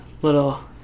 Little